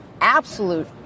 absolute